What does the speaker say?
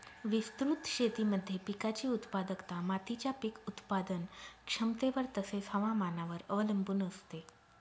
विस्तृत शेतीमध्ये पिकाची उत्पादकता मातीच्या पीक उत्पादन क्षमतेवर तसेच, हवामानावर अवलंबून असते